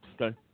Okay